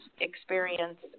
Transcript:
experience